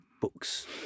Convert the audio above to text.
books